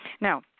Now